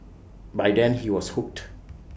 by then he was hooked